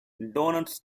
doughnuts